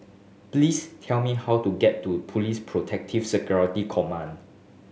please tell me how to get to Police Protective Security Command